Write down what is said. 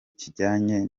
kijyanye